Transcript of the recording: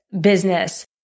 business